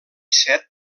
set